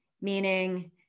Meaning